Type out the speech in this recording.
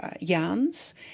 yarns